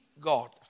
God